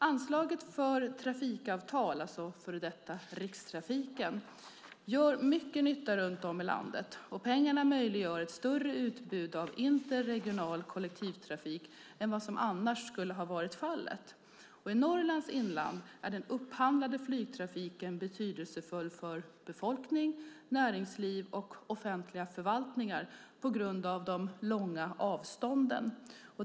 Anslaget för trafikavtal, alltså före detta Rikstrafiken, gör mycket nytta runt om i landet. Pengarna möjliggör ett större utbud av interregional kollektivtrafik än vad som annars skulle ha varit fallet. I Norrlands inland är den upphandlade flygtrafiken betydelsefull för befolkning, näringsliv och offentliga förvaltningar på grund av de långa avstånden.